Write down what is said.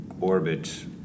orbit